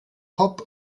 hop